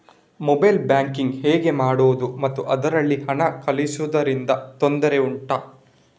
mobile banking ಹೇಗೆ ಮಾಡುವುದು ಮತ್ತು ಅದರಲ್ಲಿ ಹಣ ಕಳುಹಿಸೂದರಿಂದ ತೊಂದರೆ ಉಂಟಾ